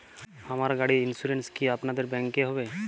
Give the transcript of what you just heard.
আমার গাড়ির ইন্সুরেন্স কি আপনাদের ব্যাংক এ হবে?